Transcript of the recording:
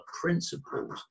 principles